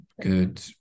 good